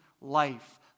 life